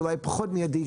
אולי פחות מיידי,